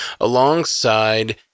alongside